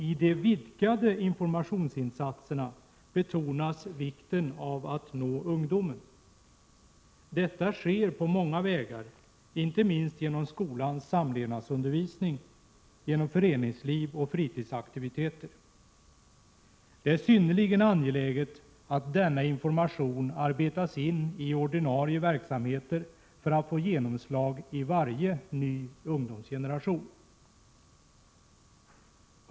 I de vidgade informationsinsatserna betonas vikten av att nå ungdomen. Detta sker på många vägar, inte minst genom skolans samlevnadsundervisning, genom föreningsliv och fritidsverksamheter. Det är synnerligen angeläget att denna information arbetas in i ordinarie verksamheter för att få genomslag i varje ny ungdomsgeneration.